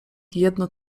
jedno